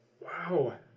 wow